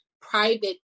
private